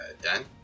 done